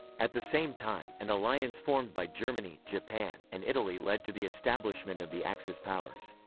at the same time, an alliance formed by germany, japan, and italy led to the establishment of the axis powers.